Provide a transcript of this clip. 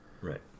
Right